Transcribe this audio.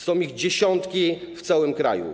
Są ich dziesiątki w całym kraju.